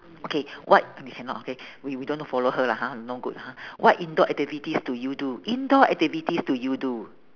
okay what we cannot okay we we don't want to follow her lah ha no good lah ha what indoor activities do you do indoor activities do you do